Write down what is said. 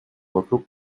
вокруг